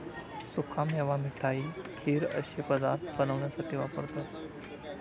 सुका मेवा मिठाई, खीर अश्ये पदार्थ बनवण्यासाठी वापरतत